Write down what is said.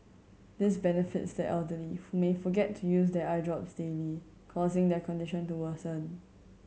this benefits the elderly who may forget to use their eye drops daily causing their condition to worsen